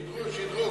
שידרו, שידרו.